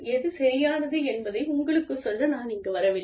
எது சரியானது என்பதை உங்களுக்குச் சொல்ல நான் இங்கு வரவில்லை